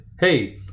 hey